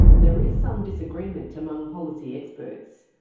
there is some disagreement among policy experts.